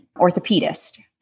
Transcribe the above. orthopedist